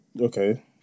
okay